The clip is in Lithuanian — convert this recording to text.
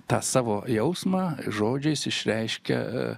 tą savo jausmą žodžiais išreiškia